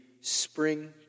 spring